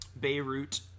Beirut